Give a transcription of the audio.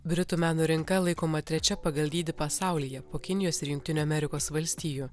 britų meno rinka laikoma trečia pagal dydį pasaulyje po kinijos ir jungtinių amerikos valstijų